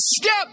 step